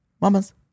mamas